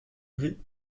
gris